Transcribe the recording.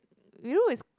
you know is